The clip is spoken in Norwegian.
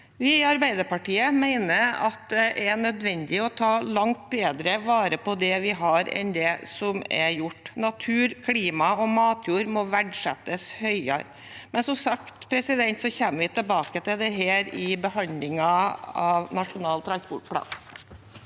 Vi i Arbeiderpartiet mener at det er nødvendig å ta langt bedre vare på det vi har, enn det er gjort. Natur, klima og matjord må verdsettes høyere. Som sagt kommer vi tilbake til dette i behandlingen av Nasjonal transportplan.